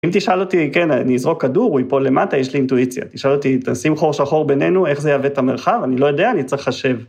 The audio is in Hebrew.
‫אם תשאל אותי, כן, אני אזרוק כדור, ‫הוא ייפול למטה, יש לי אינטואיציה. ‫תשאל אותי, תשים חור שחור בינינו, ‫איך זה יעוות את המרחב? ‫אני לא יודע, אני צריך לחשב.